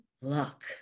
luck